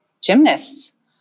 gymnasts